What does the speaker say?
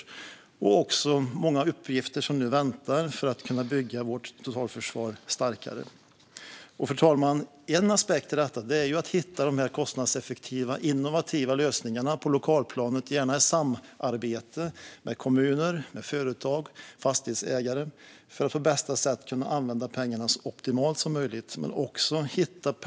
Det är också många uppgifter som nu väntar för att man ska kunna bygga vårt totalförsvar starkare. Fru talman! En aspekt i detta handlar om att hitta de kostnadseffektiva innovativa lösningarna på lokalplanet, gärna i samarbete med kommuner, företag och fastighetsägare, så att man använder pengarna så optimalt som möjligt. Men det handlar också om att hitta personal.